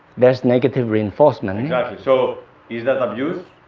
that's negative reinforcement exactly so is that abuse?